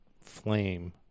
flame